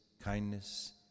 kindness